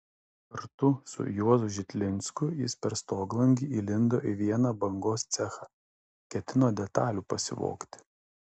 kartu su juozu žitlinsku jis per stoglangį įlindo į vieną bangos cechą ketino detalių pasivogti